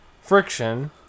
friction